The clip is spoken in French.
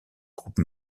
groupe